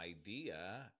idea